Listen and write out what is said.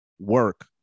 work